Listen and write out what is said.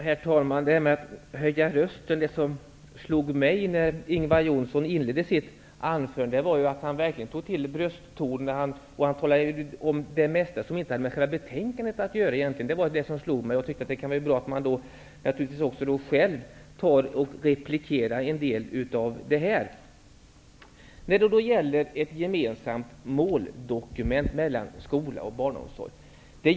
Herr talman! Jag slogs av att Ingvar Johnsson i inledningen av sitt anförande verkligen tog till brösttonerna. Men det mesta han sade hade inte med själva betänkandet att göra. Det kan då vara bra att jag själv replikerar på en del av detta. Vi har frågan om ett gemensamt måldokument om skolan och barnomsorgen.